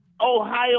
Ohio